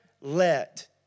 let